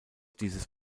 dieses